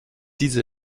diese